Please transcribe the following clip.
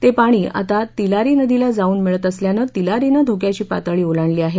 ते पाणी आता तिलारी नदीला जाऊन मिळते असल्यानं तिलारीनं धोक्याची पातळी ओलांडली आहे